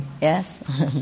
Yes